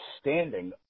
standing